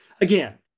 again